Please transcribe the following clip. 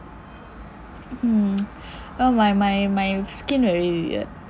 mm my my my skin very weird